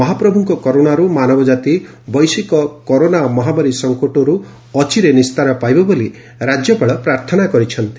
ମହାପ୍ରଭୁଙ୍କ କରୁଶାରୁ ମାନବକାତି ବୈଶ୍ୱିକ କରୋନା ମହାମାରୀ ସଙ୍କଟରୁ ଅଚିରେ ନିସ୍ତାର ପାଇବ ବୋଲି ରାଜ୍ୟପାଳ ପ୍ରାର୍ଥନା କରିଛନ୍ତି